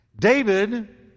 David